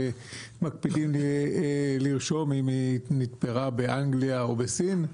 שמקפידים לרשום אם היא נתפרה באנגליה או בסין,